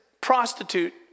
prostitute